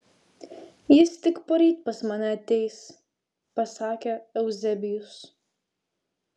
jis tik poryt pas mane ateis pasakė euzebijus